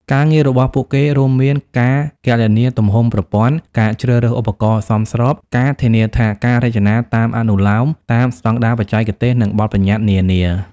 ការងាររបស់ពួកគេរួមមានការគណនាទំហំប្រព័ន្ធ ការជ្រើសរើសឧបករណ៍សមស្រប ការធានាថាការរចនាតាមអនុលោម តាមស្តង់ដារបច្ចេកទេស និងបទប្បញ្ញត្តិនានា។